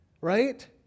right